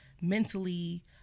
mentally